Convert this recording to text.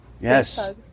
yes